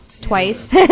twice